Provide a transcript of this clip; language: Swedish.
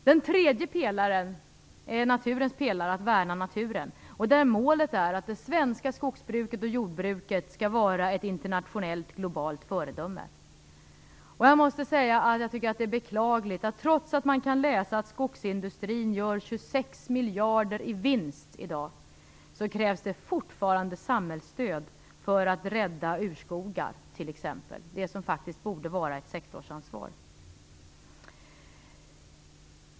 Den tredje pelaren är naturens pelare, att värna naturen, och där är målet att det svenska skogsbruket och jordbruket skall vara ett internationellt globalt föredöme. Jag måste säga att jag tycker att det är beklagligt att det, trots att man kan läsa att skogsindustrin gör 26 miljarder i vinst i dag, fortfarande krävs samhällsstöd för att rädda urskogar - det som borde vara ett sektorsansvar.